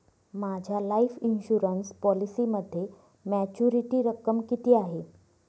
माझ्या life insurance पॉलिसीमध्ये maturity रक्कम किती आहे?